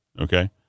okay